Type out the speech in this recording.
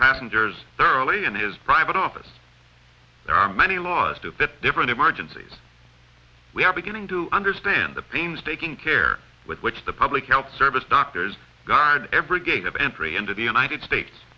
passengers thoroughly in his private office there are many laws to different emergencies we are beginning to understand the painstaking care with which the public health service doctors guard every gate of entry into the united states